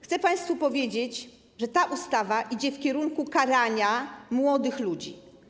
Chcę państwu powiedzieć, że ta ustawa idzie w kierunku karania młodych ludzi.